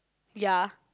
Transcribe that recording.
ya